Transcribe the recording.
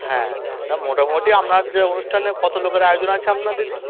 হ্যাঁ তা মোটামুটি আপনার যে অনুষ্ঠানে কত লোকের আয়োজন আছে আপনার দিদি